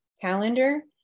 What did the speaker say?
calendar